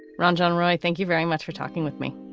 brownjohn right thank you very much for talking with me.